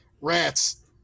Rats